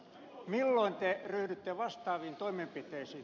milloin te ryhdytte vastaaviin toimenpiteisiin